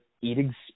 eating